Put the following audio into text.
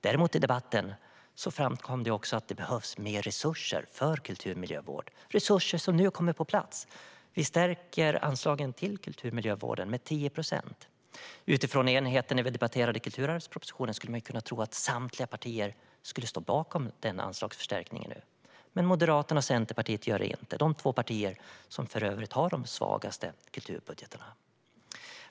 Däremot framkom i debatten att det behövs mer resurser för kulturmiljövård. Det är resurser som nu kommer på plats. Vi stärker anslagen till kulturmiljövården med 10 procent. Utifrån enigheten när vi debatterade kulturarvspropositionen skulle man kunna tro att samtliga partier skulle stå bakom den anslagsförstärkningen, men Moderaterna och Centerpartiet gör det inte. De är de två partierna som för övrigt har de svagaste kulturbudgetarna.